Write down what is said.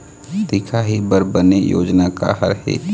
दिखाही बर बने योजना का हर हे?